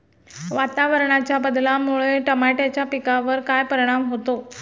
वातावरणाच्या बदलामुळे टमाट्याच्या पिकावर काय परिणाम होतो?